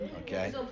okay